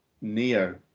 neo